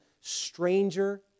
stranger